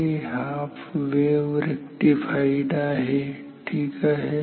ते half wave rectified आहे ठीक आहे